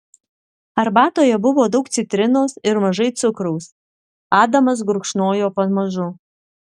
arbatoje buvo daug citrinos ir mažai cukraus adamas gurkšnojo pamažu